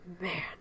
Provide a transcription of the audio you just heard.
man